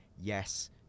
yes